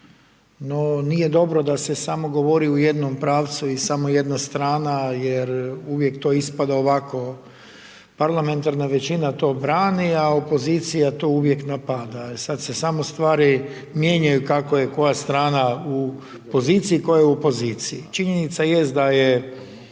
no nije dobro da se samo govori u jednom pravcu i samo jedna strana jer uvijek to ispada ovako parlamentarna većina to brani a opozicija to uvijek napada, sad se samo stvari mijenjaju kako je koja strana u poziciji, tko je opoziciji. Činjenica jest da je